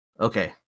Okay